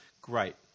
Great